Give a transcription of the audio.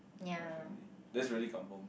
with my family that's really kampung